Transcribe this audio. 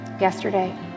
yesterday